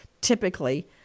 typically